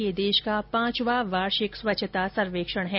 यह देश का पांचवां वार्षिक स्वच्छता सर्वेक्षण है